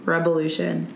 Revolution